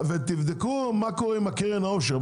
תבדקו מה קורה עם קרן העושר.